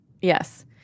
Yes